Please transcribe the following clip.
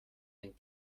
den